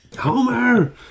Homer